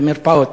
במרפאות.